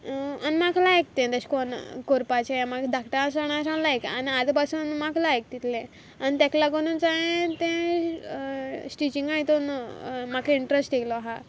आनी म्हाका लायक तें तेशें कोन्न कोरपाचें म्हाका धांकटे आसतनाच्यान लायक आनी आजू पासून म्हाका लायक तितूतले आनी तेका लागोनूच हांयें तें स्टिचिंगा हितून म्हाका इंनट्रेस्ट येयलो आहा